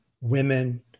women